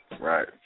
Right